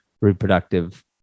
reproductive